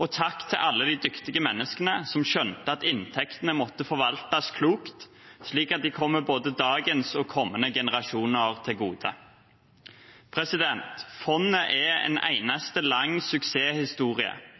og takk til alle de dyktige menneskene som skjønte at inntektene måtte forvaltes klokt, slik at de kommer både dagens og kommende generasjoner til gode. Fondet er en eneste lang suksesshistorie.